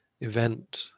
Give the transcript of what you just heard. event